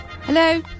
Hello